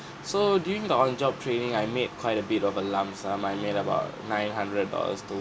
so during the on job training I made quite a bit of a lump sum I made about nine hundred dollars to